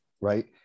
right